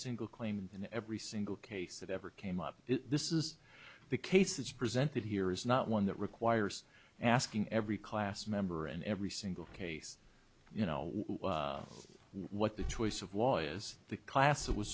single claim in every single case that ever came up this is the case that's presented here is not one that requires asking every class member in every single case you know what the choice of law is the class it was